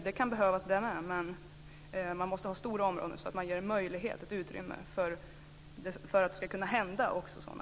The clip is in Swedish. Det kan behövas, men det krävs stora områden för att sådant ska kunna hända.